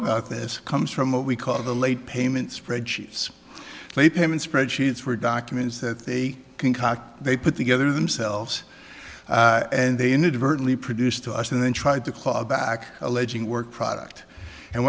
about this comes from what we call the late payment spreadsheets late payment spreadsheets for documents that they concoct they put together themselves and they inadvertently produce to us and then tried to claw back alleging work product and